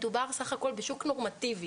מדובר בסך הכול בשוק נורמטיבי.